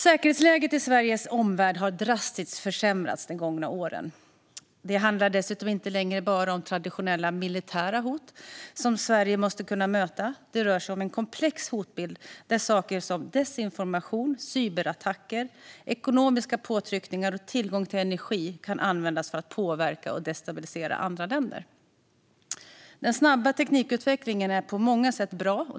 Säkerhetsläget i Sveriges omvärld har drastiskt försämrats de gångna åren. Det handlar dessutom inte längre bara om traditionella militära hot som Sverige måste kunna möta. Det rör sig om en komplex hotbild där saker som desinformation, cyberattacker, ekonomiska påtryckningar och tillgång till energi kan användas för att påverka och destabilisera andra länder. Den snabba teknikutvecklingen är på många sätt bra.